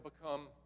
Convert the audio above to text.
become